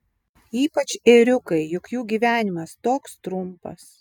ypač ėriukai juk jų gyvenimas toks trumpas